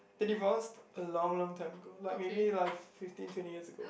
they divorce a long long time ago like maybe like fifteen twenty years ago